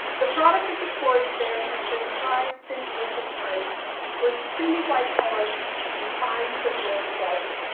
the product of the quarries there and has been prized since ancient times for its creamy white color and fine crystalline quality.